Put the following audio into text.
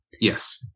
Yes